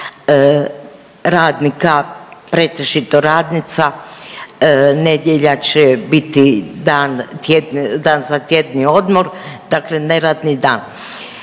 radnika, pretežito radnica nedjelja će biti dan za tjedni odmor dakle neradni dan.